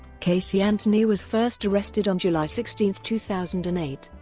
casey anthony was first arrested on july sixteen, two thousand and eight,